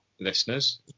listeners